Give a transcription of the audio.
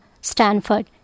Stanford